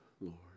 Lord